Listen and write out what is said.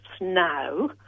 now